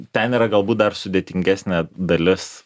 ten yra galbūt dar sudėtingesnė dalis